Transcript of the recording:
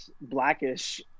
Blackish